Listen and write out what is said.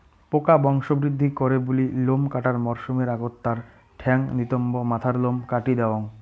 পোকা বংশবৃদ্ধি করে বুলি লোম কাটার মরসুমের আগত তার ঠ্যাঙ, নিতম্ব, মাথার লোম কাটি দ্যাওয়াং